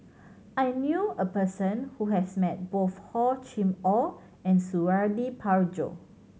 I knew a person who has met both Hor Chim Or and Suradi Parjo